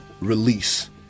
release